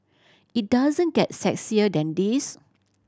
it doesn't get sexier than this